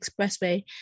Expressway